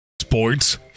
Sports